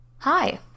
Hi